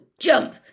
Jump